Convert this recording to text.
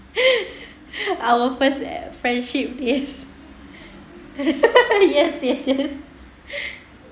our first friendship is yes yes yes